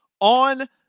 on